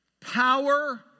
power